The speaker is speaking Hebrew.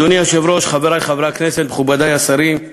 אדוני היושב-ראש, חברי חברי הכנסת, מכובדי השרים,